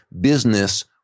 business